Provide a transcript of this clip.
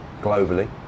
globally